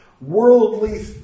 worldly